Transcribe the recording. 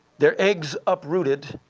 their eggs uprooted,